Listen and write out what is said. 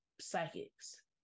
psychics